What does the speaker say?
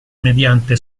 mediante